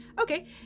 Okay